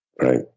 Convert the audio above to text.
Right